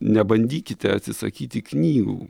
nebandykite atsisakyti knygų